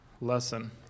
Lesson